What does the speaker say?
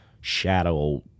shadow